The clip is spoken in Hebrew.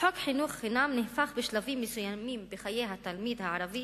חינוך חינם נהפך בשלבים מסוימים בחיי התלמיד הערבי